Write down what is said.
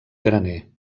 graner